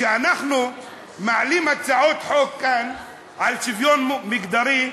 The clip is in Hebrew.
כשאנחנו מעלים כאן הצעות חוק על שוויון מגדרי,